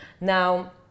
Now